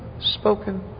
spoken